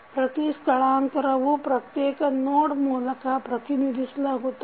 ಪ್ರತಿ ಸ್ಥಳಾಂತರವು ಪ್ರತ್ಯೇಕ ನೋಡ್ ಮೂಲಕ ಪ್ರತಿನಿಧಿಸಲಾಗುತ್ತದೆ